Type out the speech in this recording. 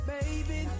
Baby